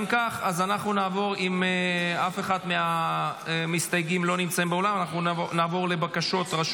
אם אפשר להפוך את זה לרשות דיבור, אז רשות